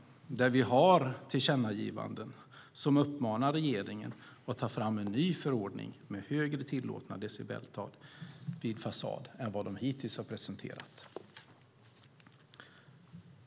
Här har vi tillkännagivanden som uppmanar regeringen att ta fram en ny förordning med högre tillåtna decibeltal vid fasad än vad den hittills har presenterat.